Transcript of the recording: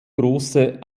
große